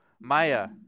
Maya